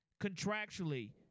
contractually